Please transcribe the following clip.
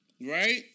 right